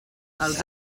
els